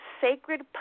sacred